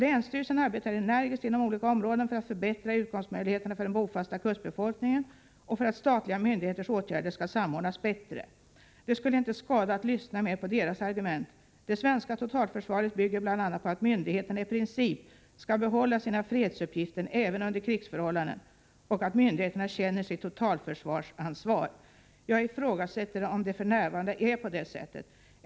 Länsstyrelsen arbetar energiskt inom olika områden för att förbättra utkomstmöjligheterna för den bofasta kustbefolkningen och för att statliga myndigheters åtgärder skall samordnas bättre. Det skulle inte skada att lyssna mer på deras argument. Det svenska totalförsvaret bygger bl.a. på att myndigheterna i princip skall behålla sina fredsuppgifter även under krigsförhållanden och att myndigheterna känner sitt totalförsvarsansvar. Jag ifrågasätter om det för närvarande är på det sättet.